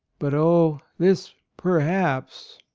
but, oh, this perhaps!